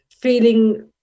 feeling